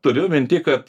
turiu minty kad